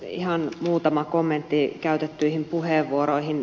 ihan muutama kommentti käytettyihin puheenvuoroihin